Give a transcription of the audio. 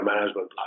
management